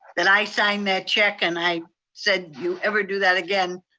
that i signed that check and i said, you ever do that again,